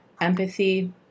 empathy